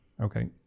Okay